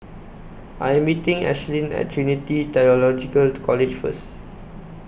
I Am meeting Ashlynn At Trinity Theological College First